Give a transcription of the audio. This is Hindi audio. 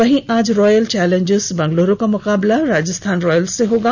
वहीं आज रॉयल चौलेंजर्स बैंगलोर का मुकाबला राजस्थान रॉयल्सम से होगा